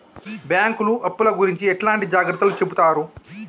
బ్యాంకులు అప్పుల గురించి ఎట్లాంటి జాగ్రత్తలు చెబుతరు?